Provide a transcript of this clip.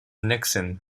nixon